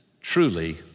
truly